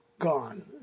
gone